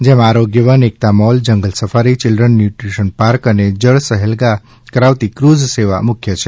જેમાં Arogya Van Ekta mall jungle safari children nutrition park અને જળ સહેલગાહ કરાવતી ક્રઝ સેવા મુખ્ય છે